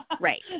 Right